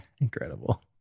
Incredible